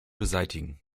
beseitigen